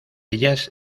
ellas